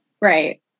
right